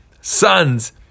sons